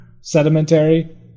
Sedimentary